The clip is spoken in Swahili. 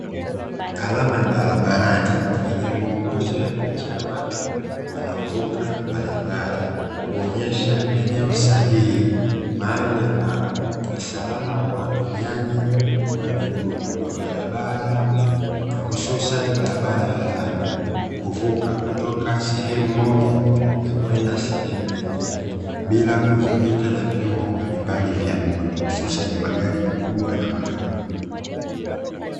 Alama ya barabarani yenye muongozo ya picha ya watu wanaovuka barabara, huonyesha eneo sahihi mahali ambapo ni salama kwa watumiaji wa miguu wa barabara hususan barabara ya lami kuvuka kutoka sehemu moja na kwenda sehemu nyingine bila kudhurika na vyombo mbalimbali vya moto; hususan magari makubwa na madogo.